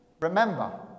remember